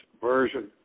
version